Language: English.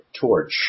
torch